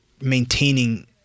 maintaining